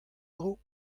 dro